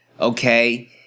Okay